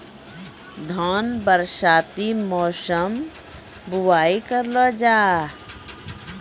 धान बरसाती मौसम बुवाई करलो जा?